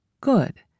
good